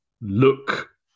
look